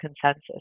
consensus